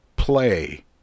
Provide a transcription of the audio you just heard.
play